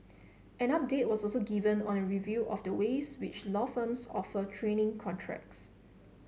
an update was also given on a review of the ways which law firms offer training contracts